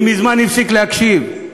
מזמן הפסיק להקשיב,